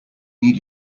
need